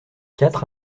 quatre